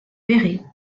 verrez